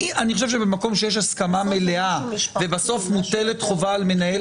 במקום שיש הסכמה מלאה ומוטלת בסוף החובה על מנהל